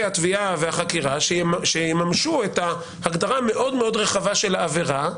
התביעה והחקירה שיממשו את ההגדרה המאוד מאוד רחבה של העבירה.